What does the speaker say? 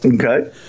Okay